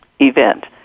event